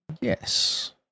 Yes